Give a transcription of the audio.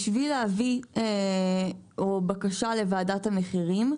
בשביל להביא בקשה לuועדת המחירים,